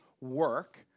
work